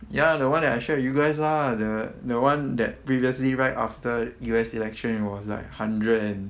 ya the one that I share with you guys lah the the [one] that previously right after U_S election it was like hundred and